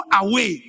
away